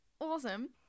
Awesome